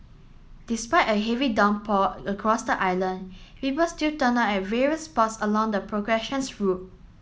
despite a heavy downpour across the island people still turned up at various spots along the progressions route